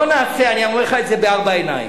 אני אומר לך את זה בארבע עיניים,